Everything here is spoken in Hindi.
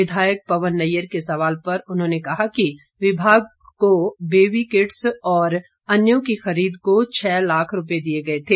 विधायक पवन नैय्यर के सवाल पर उन्होंने कहा कि विभाग को बेबी किट्स और अन्यों की खरीद को छह लाख रुपए दिए गए थे